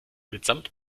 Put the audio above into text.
mitsamt